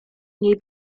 niej